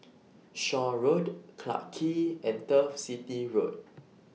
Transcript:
Shaw Road Clarke Quay and Turf City Road